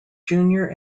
junior